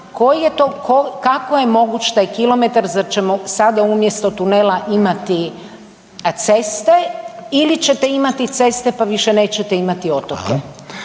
kako je moguć taj kilometar, zar ćemo sada umjesto tunela imati ceste ili ćete imati ceste, pa više nećete imati otoke?